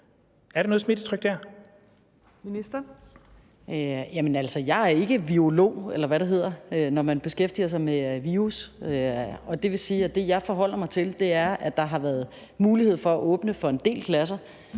det hedder, når man beskæftiger sig med virus. Og det vil sige, at det, jeg forholder mig til, er, at der har været mulighed for at åbne for en del klasser.